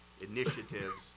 initiatives